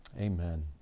Amen